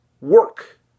work